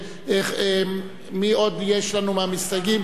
מי עוד יש מהמסתייגים?